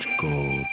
gold